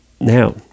Now